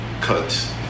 Cuts